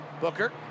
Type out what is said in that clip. Booker